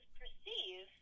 perceive